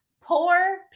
poor